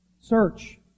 Search